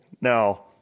no